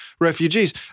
Refugees